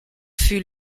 fut